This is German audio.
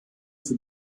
für